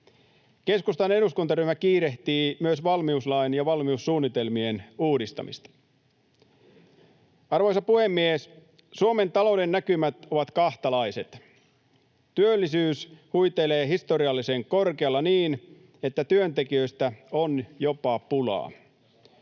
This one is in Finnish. Keskustan eduskuntaryhmä kiirehtii myös valmiuslain ja valmiussuunnitelmien uudistamista. Arvoisa puhemies! Suomen talouden näkymät ovat kahtalaiset. Työllisyys huitelee historiallisen korkealla niin, että työntekijöistä on jopa pulaa.